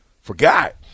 Forgot